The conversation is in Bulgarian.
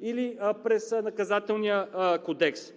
или през Наказателния кодекс.